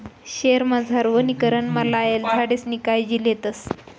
शयेरमझार वनीकरणमा लायेल झाडेसनी कायजी लेतस